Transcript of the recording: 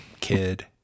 kid